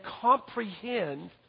comprehend